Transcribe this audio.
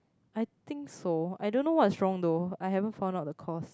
I think so I don't know what's wrong though I haven't found out the cause